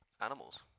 animals